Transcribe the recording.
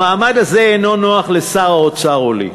המעמד הזה אינו נוח לשר האוצר או לי.